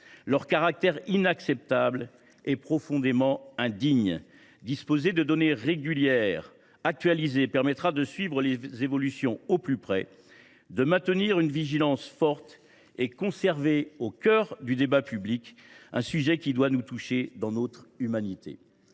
leur caractère inacceptable et profondément indigne. Disposer de données régulièrement actualisées permettra de suivre les évolutions au plus près, de maintenir une vigilance forte et de conserver au cœur du débat public un sujet qui doit nous toucher dans notre humanité.